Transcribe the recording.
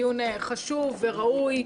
מדובר בדיון חשוב וראוי,